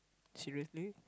seriously